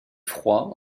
froid